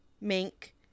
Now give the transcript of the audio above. mink